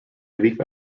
relief